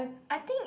I think